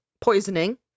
Poisoning